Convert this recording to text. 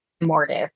Mortis